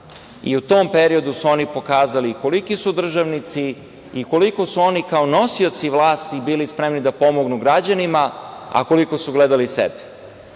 u tom periodu su oni pokazali koliki su državnici i koliko su oni kao nosioci vlasti bili spremni da pomognu građanima, a koliko su gledali sebe.